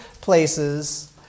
places